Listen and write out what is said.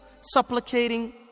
supplicating